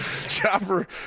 Chopper